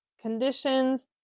conditions